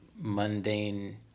mundane